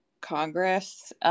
Congress